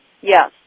Yes